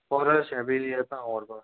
पोरा अशें बी येता आंव वोरपाक